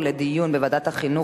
לוועדת החינוך,